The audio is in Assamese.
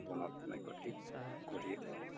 জীৱনত মই গতি কৰিয়ে থাকিম